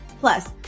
Plus